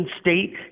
state